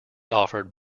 offered